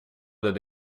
that